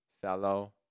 fellow